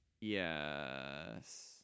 Yes